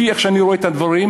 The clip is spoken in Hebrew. לפי איך שאני רואה את הדברים,